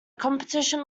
competition